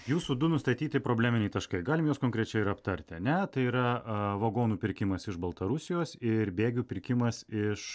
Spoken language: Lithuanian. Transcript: jūsų du nustatyti probleminiai taškai galim juos konkrečiai ir aptarti ane tai yra a vagonų pirkimas iš baltarusijos ir bėgių pirkimas iš